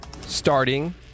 starting